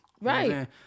Right